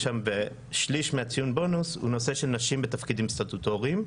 שליש מהציון בונוס הוא נושא של נשים בתפקידים סטטוטוריים.